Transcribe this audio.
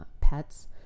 pets